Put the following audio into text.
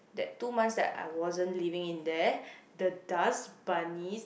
that two months that I wasn't living in there the dust bunnies